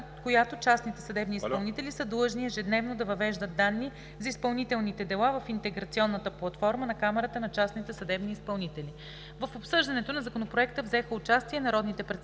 която частните съдебни изпълнители са длъжни ежедневно да въвеждат данни за изпълнителните дела в интеграционната платформа на Камарата на частните съдебни изпълнители. В обсъждането на Законопроекта взеха участие народните представители